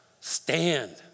Stand